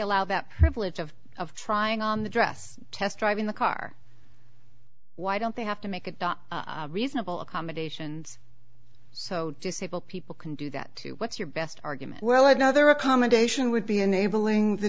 allow that privilege of of trying on the dress test driving the car why don't they have to make a reasonable accommodations so disabled people can do that too what's your best argument well i know their accommodation would be enabling the